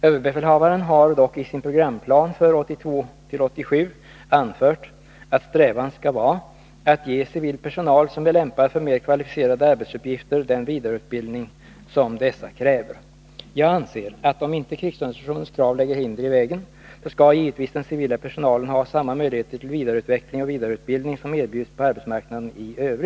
Överbefälhavaren har dock i sin programplan för 1982-1987 anfört att strävan skall vara att ge civil personal, som är lämpad för mer kvalificerade arbetsuppgifter, den vidareutbildning som dessa kräver. Jag anser, att om inte krigsorganisationens krav lägger hinder i vägen, så skall givetvis den civila personalen ha samma möjligheter till vidareutveck 61 ling och vidareutbildning som erbjuds på arbetsmarknaden i övrigt.